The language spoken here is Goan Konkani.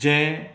जें